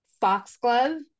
Foxglove